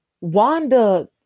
Wanda